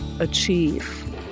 achieve